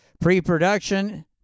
Pre-production